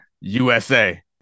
USA